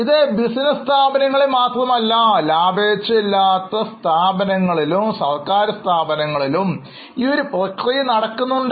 ഇത് ബിസിനസ് സ്ഥാപനങ്ങളിൽ മാത്രമല്ല ലാഭേച്ഛയില്ലാത്ത ഓർഗനൈസേഷൻകൾക്കും സർക്കാർ സ്ഥാപനങ്ങൾക്ക് ഒരുപോലെ ഉപയോഗപ്രദമാണ്